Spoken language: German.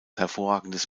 hervorragendes